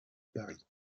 paris